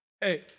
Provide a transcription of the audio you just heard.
Hey